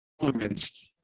elements